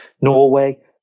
Norway